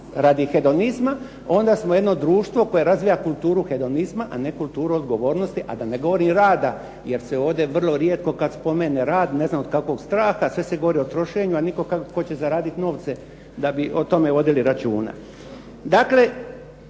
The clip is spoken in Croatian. radi hedonizma onda smo jedno društvo koje razvija kulturu hedonizma, a ne kulturu odgovornosti, a da ne govorim rada jer se ovdje vrlo rijetko kad spomene rad, ne znam od kakvog straha. Sve se govori o trošenju, a nitko tko će zaraditi novce da bi o tome vodili računa. Dakle,